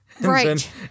right